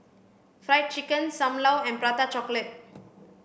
fried chicken sam lau and prata chocolate